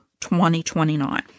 2029